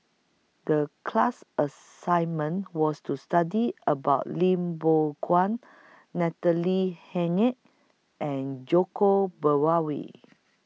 The class assignment was to study about Lim Biow Chuan Natalie Hennedige and Djoko